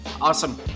Awesome